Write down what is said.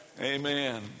Amen